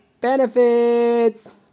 benefits